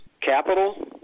capital